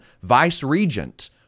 vice-regent